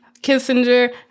Kissinger